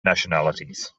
nationalities